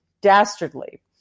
dastardly